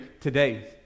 today